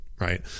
right